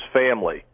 family